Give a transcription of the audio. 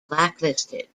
blacklisted